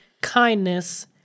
kindness